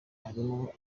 harimo